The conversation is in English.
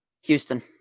houston